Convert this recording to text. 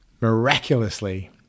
miraculously